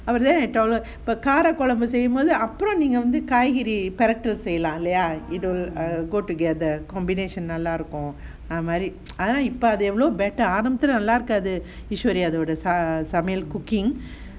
அவருதான்:avau thaan I tell her இப்ப கார கொழம்பு செய்யும் போது அப்புறம் நீங்க வந்து காய் கறி பிரட்டல் செய்யலாம் இல்லையா:ippa kaara kolambu seyyum pothu neenga vanthu kaai kari pirattal seyyalaam illaya go together combination நல்லா இருக்கும் அந்த மாதிரி அதெல்லா இப்ப எவ்ளோ:nalla irukum antha mathiri athellam ippa evlo better ஆரம்பத்துல நல்ல இருக்காது:aarambathula nalla irukaathu aishwarya cooking